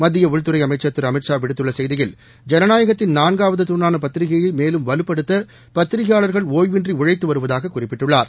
மத்திய உள்துறை அமைச்சள் திரு அமித்ஷா விடுத்துள்ள செய்தியில் ஜனநாயகத்தின் நான்காவது துணாள பத்திரிகையை மேலும் வலுப்படுத்த பத்திரிகையாளர்கள் ஒய்வின்றி உழைத்து வருவதாகக் குறிப்பிட்டுள்ளார்